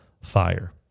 fire